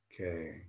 Okay